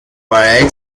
para